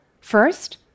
First